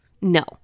no